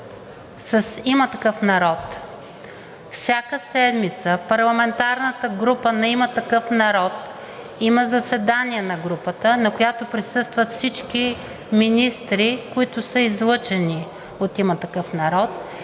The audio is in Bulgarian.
с „Има такъв народ“. Всяка седмица парламентарната група на „Има такъв народ“ има заседание на групата, на което присъстват всички министри, които са излъчени от „Има такъв народ“,